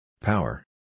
Power